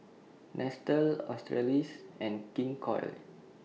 Nestle Australis and King Koil